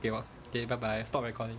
okay bye bye I stop recording